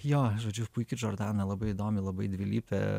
jo žodžiu puiki džordana labai įdomi labai dvilypė